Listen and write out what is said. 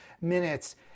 minutes